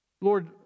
Lord